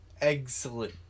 Excellent